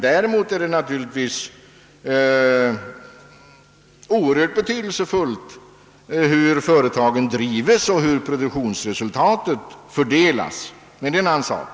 Däremot är det naturligtvis oerhört betydelsefullt hur företagen drivs och hur" produktionsresultatet fördelas, men det är en annan sak.